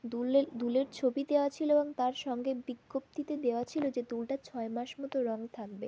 দুললেল দুলের ছবি দেয়া ছিলো তার সঙ্গে বিজ্ঞপ্তিতে দেওয়া ছিলো যে দুলটার ছয় মাস মতো রঙ থাকবে